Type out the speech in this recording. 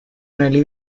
nelle